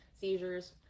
seizures